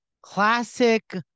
classic